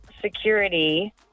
security